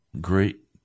great